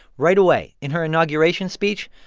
right away, in her inauguration speech,